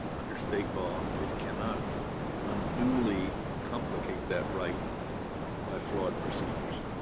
under state law, it cannot unduly complicate that right by flawed procedures,